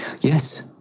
Yes